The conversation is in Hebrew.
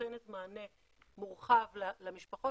שנותנת מענה מורחב למשפחות,